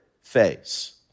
face